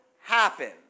happen